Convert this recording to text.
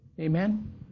Amen